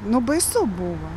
nu baisu buvo